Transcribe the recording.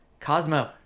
Cosmo